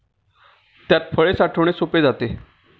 त्यात फळे साठवणे सोपे जाते